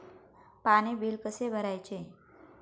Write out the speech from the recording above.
पाणी बिल कसे भरायचे?